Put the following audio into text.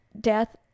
death